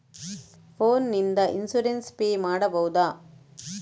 Phone ನಿಂದ insurance pay ಮಾಡಬಹುದ?